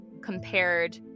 compared